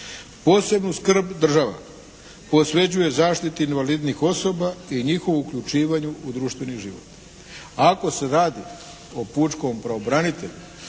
"Posebnu skrb država posvećuje zaštiti invalidnih osoba i njihovu uključivanju u društveni život.". Ako se radi o pučkom pravobranitelju